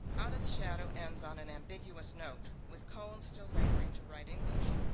out of the shadow ends on an ambiguous note, with cohen still laboring to write english.